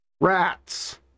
Rats